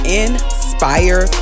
inspire